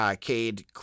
Cade